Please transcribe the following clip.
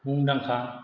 मुंदांखा